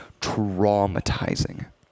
traumatizing